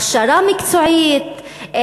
הכשרה מקצועית,